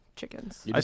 chickens